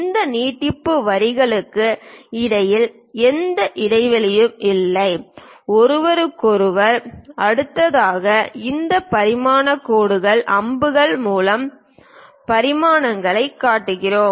இந்த நீட்டிப்பு வரிகளுக்கு இடையில் எந்த இடைவெளியும் இல்லை ஒருவருக்கொருவர் அடுத்ததாக இந்த பரிமாண கோடுகள் அம்புகள் மூலம் பரிமாணங்களைக் காட்டுகிறோம்